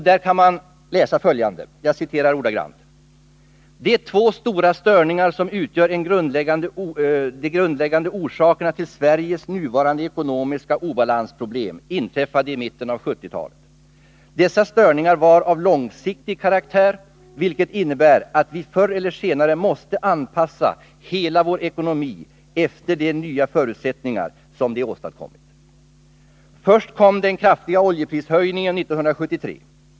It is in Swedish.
Där kan man läsa följande: ”De två stora störningar, som utgör de grundläggande orsakerna till Sveriges nuvarande ekonomiska obalansproblem inträffade i mitten av 70-talet. Dessa störningar var av långsiktig karaktär vilket innebär att vi förr eller senare måste anpassa hela vår ekonomi efter de nya förutsättningar som de åstadkommit. Först kom den kraftiga oljeprishöjningen 1973.